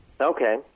Okay